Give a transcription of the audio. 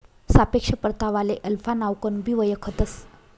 सापेक्ष परतावाले अल्फा नावकनबी वयखतंस